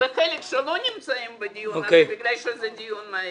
וחלק שלא נמצאים בדיון הזה מאחר וזה דיון מהיר,